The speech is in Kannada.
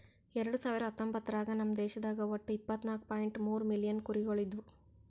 ಎರಡು ಸಾವಿರ ಹತ್ತೊಂಬತ್ತರಾಗ ನಮ್ ದೇಶದಾಗ್ ಒಟ್ಟ ಇಪ್ಪತ್ನಾಲು ಪಾಯಿಂಟ್ ಮೂರ್ ಮಿಲಿಯನ್ ಕುರಿಗೊಳ್ ಇದ್ದು